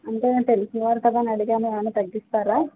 అంటే తెలిసినవారు కదాని అడిగాను ఏమన్న తగ్గిస్తారా